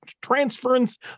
transference